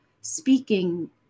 speaking